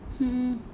hmm